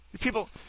People